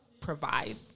provide